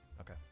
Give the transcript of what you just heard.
Okay